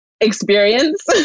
experience